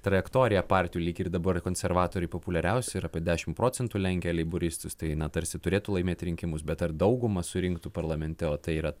trajektoriją partijų lyg ir dabar konservatoriai populiariausi ir apie dešim procentų lenkia leiboristus tai tarsi turėtų laimėti rinkimus bet ar daugumą surinktų parlamente o tai yra